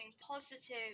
positive